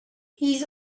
his